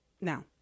now